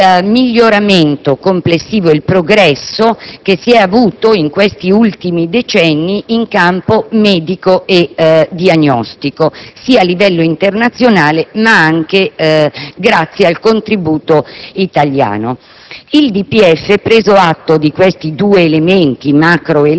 l'ambito sanitario e sociale è il miglioramento complessivo, il progresso che si è avuto in questi ultimi decenni in campo medico e diagnostico a livello internazionale, ma anche grazie al contributo italiano.